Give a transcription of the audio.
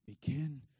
begin